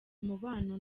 umubano